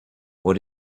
what